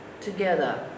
together